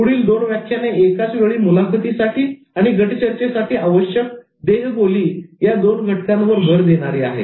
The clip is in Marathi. पुढील दोन व्याख्याने एकाच वेळी मुलाखतीसाठी आणि गट चर्चेसाठी आवश्यक देहबोली या दोन घटकांवर भर देणारी आहेत